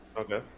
Okay